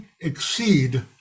exceed